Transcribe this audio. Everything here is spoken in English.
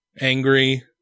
angry